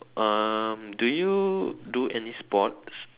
um do you do any sports